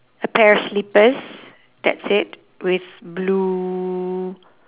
a pair of slippers that's it with blue